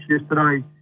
yesterday